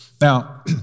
Now